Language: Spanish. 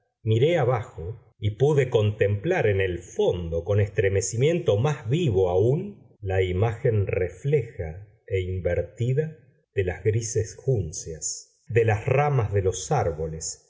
miré abajo y pude contemplar en el fondo con estremecimiento más vivo aún la imagen refleja e invertida de las grises junceas de las ramas de los árboles